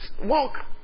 Walk